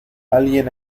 alguien